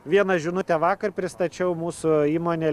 vieną žinutę vakar pristačiau mūsų įmonė